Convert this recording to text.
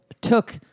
took